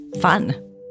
fun